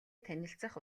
танилцах